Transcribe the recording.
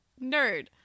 nerd